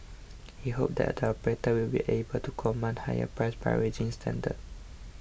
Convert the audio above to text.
he hopes that operators will be able to command higher prices by raising standards